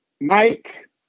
Mike